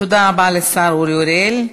תודה רבה לשר אורי אריאל.